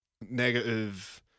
negative